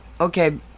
okay